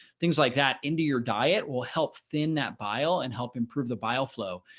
things like that into your diet will help thin that bile and help improve the bile flow.